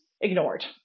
ignored